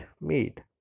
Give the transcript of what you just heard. made